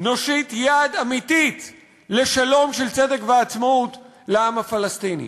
יד אמיתית לשלום של צדק ועצמאות לעם הפלסטיני.